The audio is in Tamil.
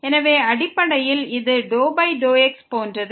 எனவே அடிப்படையில் இது ∂x போன்றது